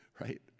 Right